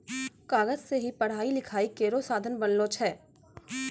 कागज सें ही पढ़ाई लिखाई केरो साधन बनलो छै